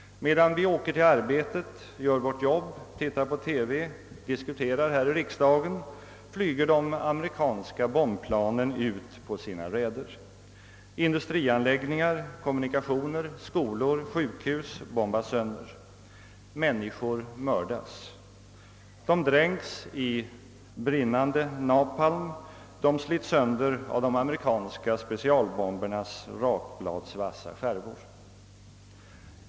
Medan vi åker till arbetet, gör vårt jobb, tittar på TV, diskuterar här i riksdagen flyger de amerikanska bombplanen ut på sina räder. Industrianläggningar, kommunikationer, skolor, sjukhus bombas sönder. Människor mördas. De dränks i brinnande napalm, slits sönder av de amerikanska specialbombernas <rak bladsvassa skärvor.